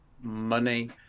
money